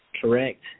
correct